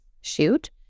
shoot